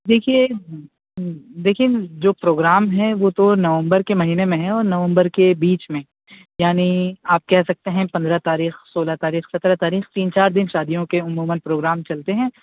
دیکھیے دیکھیے جو پروگرام ہیں وہ تو نومبر کے مہینے میں ہیں اور نومبر کے بیچ میں یعنی آپ کہہ سکتے ہیں پندرہ تاریخ سولہ تاریخ سترہ تاریخ تین چار دن شادیوں کے عموماً پروگرام چلتے ہیں